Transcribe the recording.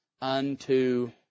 unto